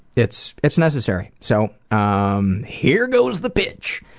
it's it's necessary. so ah um here goes the pitch.